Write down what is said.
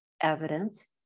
evidence